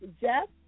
Jeff